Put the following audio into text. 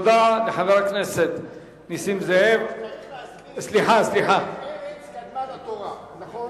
צריך להסביר, דרך ארץ קדמה לתורה, נכון?